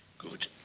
good.